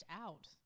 out